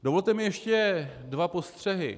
Dovolte mi ještě dva postřehy.